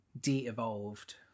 de-evolved